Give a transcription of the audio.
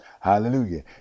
Hallelujah